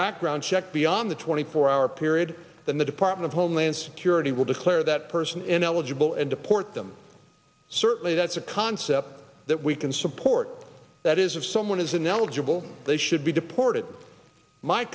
background check beyond the twenty four hour period than the department of homeland security will declare that person eligible and deport them certainly that's a concept that we can support that is if someone isn't eligible they should be deported my